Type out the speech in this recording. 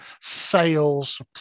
Sales